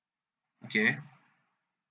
okay